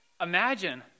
Imagine